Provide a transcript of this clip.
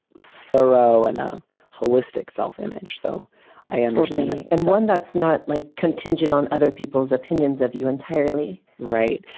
pharaoh and a holistic self image so i understand that. and one that's not like contingent on other people's opinions of you entirely right.